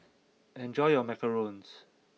enjoy your Macarons